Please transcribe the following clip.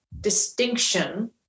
distinction